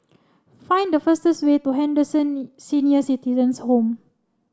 find the fastest way to Henderson Senior Citizens' Home